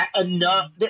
Enough